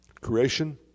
Creation